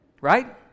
Right